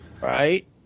Right